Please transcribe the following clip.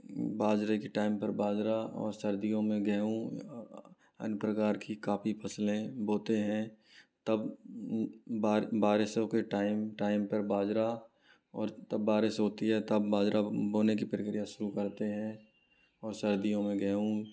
बाजरे के टाइम पर बाजरा और सर्दियों में गेहूँ अन्य प्रकार की काफ़ी फ़सलें बोते हैं तब बारिशों के टाइम टाइम पर बाजरा और तब बारिश होती है तब बाजरा बोने की प्रक्रिया शुरू करते हैं और सर्दियों में गेहूँ